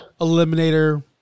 eliminator